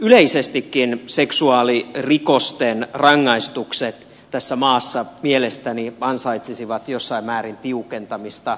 yleisestikin seksuaalirikosten rangaistukset tässä maassa mielestäni ansaitsisivat jossain määrin tiukentamista